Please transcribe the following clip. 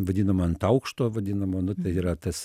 vadinamą ant aukšto vadinamą nu tai yra tas